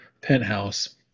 penthouse